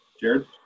Jared